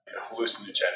hallucinogenic